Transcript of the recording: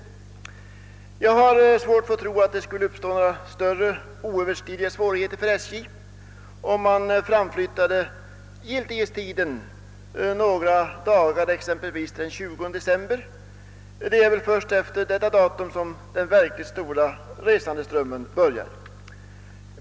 Jag har svårt att tro att det skulle uppstå några oöverstigliga svårigheter för SJ om man framflyttade giltighetstiden några dagar, exempelvis till den 20 december. Det är väl först efter detta datum som den verkligt stora resandeströmmen börjar.